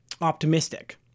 optimistic